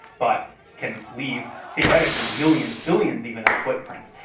but can leave theoretically millions, billions even, of footprints.